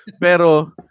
Pero